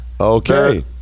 Okay